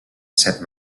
set